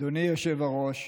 אדוני היושב-ראש,